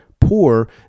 poor